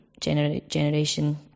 generation